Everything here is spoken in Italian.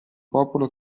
popolo